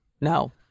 no